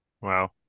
Wow